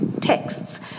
texts